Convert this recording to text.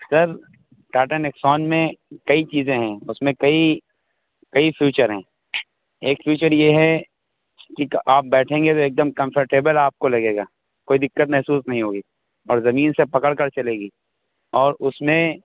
سر Tata Nexon میں کئی چیزیں ہیں اس میں کئی کئی فیوچر ہیں ایک فیوچر یہ ہے کہ آپ بیٹھیں گے ایک دم کمفرٹیبل آپ کو لگے گا کوئی دقت محسوس نہیں ہوگی اور زمین سے پکڑ کر چلے گی اور اس میں